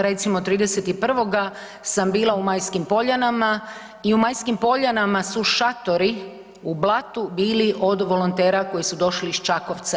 Recimo 31. sam bila u Majskim Poljanama i u Majskim Poljanama su šatori u blatu bili od volontera koji su došli iz Čakovca.